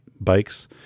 bikes